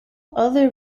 other